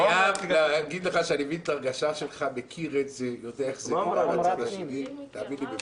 מה היא אמרה לך?